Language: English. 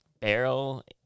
barrel